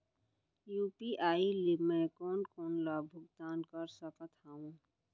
UPI ले मैं कोन कोन ला भुगतान कर सकत हओं?